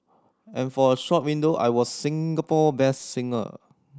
and for a short window I was Singapore best singer